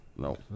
No